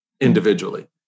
individually